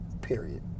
period